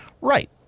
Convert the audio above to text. right